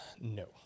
no